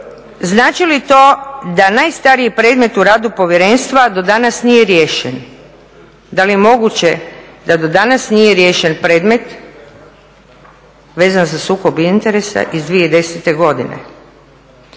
znači li to da najstariji predmet u radu povjerenstva do danas nije riješen. Da li je moguće da do danas nije riješen predmet vezan za sukob interesa iz 2010. godine